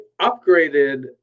upgraded